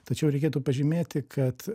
tačiau reikėtų pažymėti kad